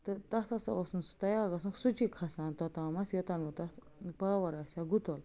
تہٕ تَتھ ہَسا اوس نہٕ سُہ تَیار گژھنُک سُچی کھَسان توٚتامَتھ یوٚتام نہٕ تَتھ پاور آسہِ ہا گُتل